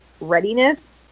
readiness